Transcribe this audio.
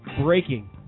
breaking